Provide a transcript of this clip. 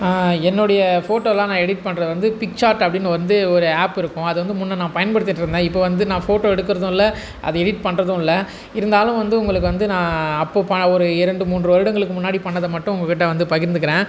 என்னுடைய ஃபோட்டோலாம் நான் எடிட் பண்ணுறது வந்து பிக்சாட் அப்படின்னு வந்து ஒரு ஆப் இருக்கும் அது வந்து முன்னர் நான் பயன்படுத்திட்டிருந்தேன் இப்போ வந்து நான் ஃபோட்டோ எடுக்கிறதும் இல்லை அதை எடிட் பண்ணுறதும் இல்லை இருந்தாலும் வந்து உங்களுக்கு வந்து நான் அப்போது ப ஒரு இரண்டு மூன்று வருடங்களுக்கு முன்னாடி பண்ணதை மட்டும் உங்கள்கிட்ட வந்து பகிர்ந்துக்கிறேன்